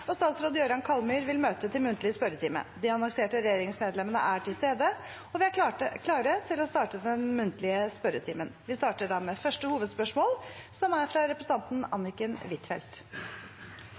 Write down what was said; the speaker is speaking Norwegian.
og statsråd Jøran Kallmyr vil møte til muntlig spørretime. De annonserte regjeringsmedlemmene er til stede, og vi er klare til å starte den muntlige spørretimen. Vi starter da med første hovedspørsmål, fra representanten